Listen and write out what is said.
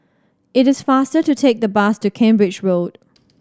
it is faster to take the bus to Cambridge Road